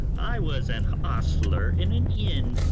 i was an hostler in an inn,